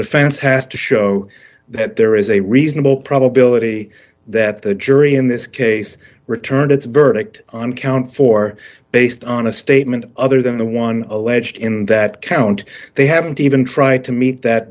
defense has to show so that there is a reasonable probability that the jury in this case returned its verdict on count four based on a statement other than the one alleged in that count they haven't even tried to meet that